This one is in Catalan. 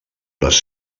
les